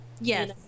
Yes